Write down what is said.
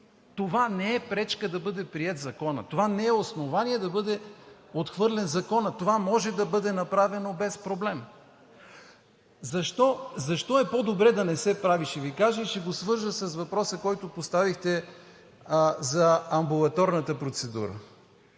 Това не е пречка да бъде приет Законът, това не е основание да бъде отхвърлен Законът, това може да бъде направено без проблем. Защо е по-добре да не се прави? Ще Ви кажа и ще го свържа с въпроса, който поставихте за амбулаторната процедура,